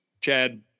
Chad